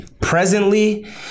presently